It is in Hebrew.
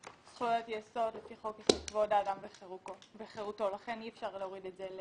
זאת אומרת, לפי מה שהסבירו